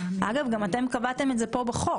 גם אתם קבעתם את זה בחוק.